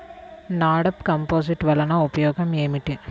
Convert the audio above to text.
NADEP compost వలన ఉపయోగం ఏమిటి?